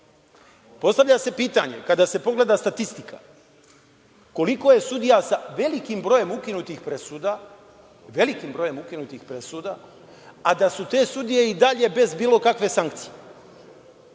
odluku. Postavlja se pitanje kada se pogleda statistika koliko je sudija sa velikim brojem ukinutih presuda, a da su te sudije i dalje bez bilo kakve sankcije.